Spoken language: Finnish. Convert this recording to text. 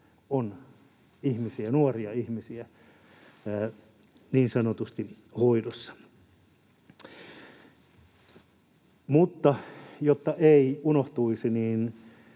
nuoria ihmisiä niin sanotusti hoidossa. Jotta eivät unohtuisi